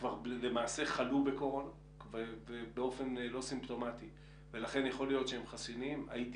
כבר למעשה חלו בקורונה באופן לא סימפטומטי ולכן יכול להיות שהם חסינים.